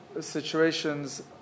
situations